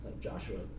Joshua